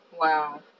Wow